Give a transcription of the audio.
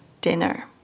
dinner